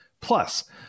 Plus